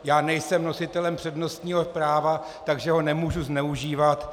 Já nejsem nositelem přednostního práva, takže ho nemohu zneužívat.